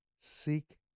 seek